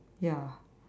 ya